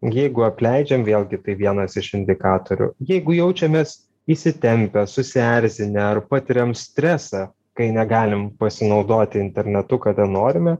jeigu apleidžiam vėlgi tai vienas iš indikatorių jeigu jaučiamės įsitempę susierzinę ar patiriam stresą kai negalim pasinaudoti internetu kada norime